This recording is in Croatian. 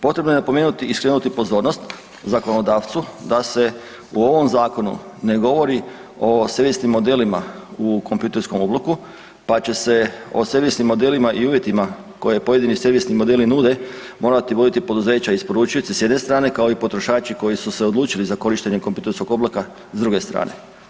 Potrebno je napomenuti i skrenuti pozornost zakonodavcu da se u ovom zakonu ne govori o servisnim modelima u kompjutersko obliku, pa će se o servisnim modelima i uvjetima koje pojedini servisni modeli nude morati voditi poduzeća isporučioci s jedne strane kao i potrošači koji su se odlučili za korištenje kompjuterskog oblika s druge strane.